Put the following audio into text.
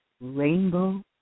Rainbow